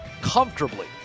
comfortably